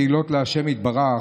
תהילות לה' יתברך,